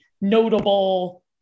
notable